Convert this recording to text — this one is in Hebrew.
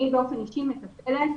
אני באופן אישי מטפלת.